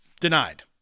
denied